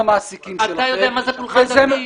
המעסיקים שלכם --- אתה יודע מה זה פולחן דתי?